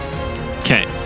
Okay